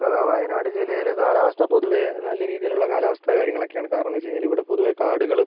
ഇപ്പം വയനാട് ജില്ലയിലെ കാലാവസ്ഥ പൊതുവെ നല്ല രീതിയിലുള്ള കാലാവസ്ഥ കാര്യങ്ങളൊക്കെയാണ് കാരണമെന്താന്ന് വെച്ച് കഴിഞ്ഞാൽ ഇവിടെ പൊതുവെ കാടുകളും